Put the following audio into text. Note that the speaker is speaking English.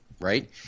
right